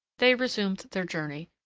they resumed their journey,